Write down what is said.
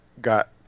got